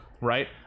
Right